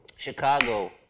Chicago